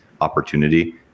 opportunity